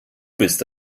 bist